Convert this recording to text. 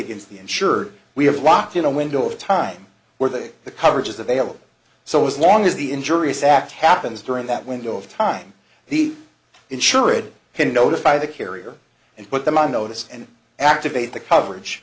against the insured we have locked in a window of time where that the coverage is available so as long as the injurious act happens during that window of time the insurer can notify the carrier and put them on notice and activate the coverage